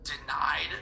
denied